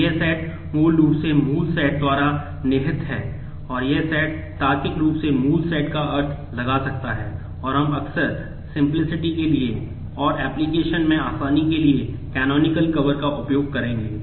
तो यह सेट का उपयोग करेंगे